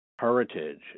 heritage